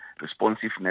responsiveness